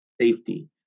safety